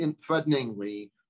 threateningly